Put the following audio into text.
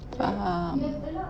(uh huh)